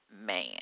man